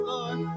Lord